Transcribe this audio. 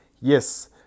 Yes